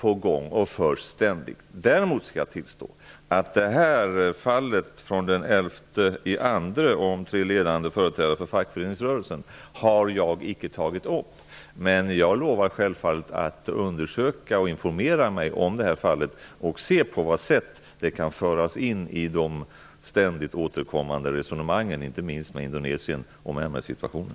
Däremot skall jag tillstå att jag inte har tagit upp fallet från den 11 februari om tre ledande företrädare för fackföreningsrörelsen. Jag lovar självfallet att undersöka och informera mig om det här fallet och se på vad sätt det kan föras in i de ständigt återkommande resonemangen, inte minst med Indonesien, om MR-situationen.